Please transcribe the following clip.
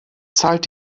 zahlt